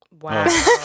Wow